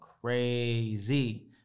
crazy